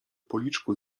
policzku